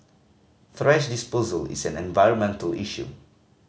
thrash disposal is an environmental issue